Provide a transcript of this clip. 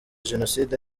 jenoside